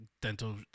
dental